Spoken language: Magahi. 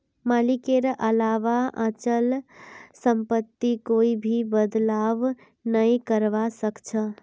मालिकेर अलावा अचल सम्पत्तित कोई भी बदलाव नइ करवा सख छ